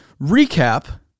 recap